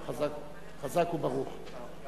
חזק וברוך.